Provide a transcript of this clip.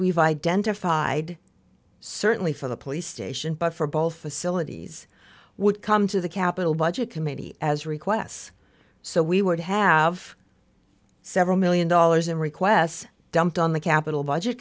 we've identified certainly for the police station but for both facilities would come to the capital budget committee as requests so we would have several million dollars in requests dumped on the capital budget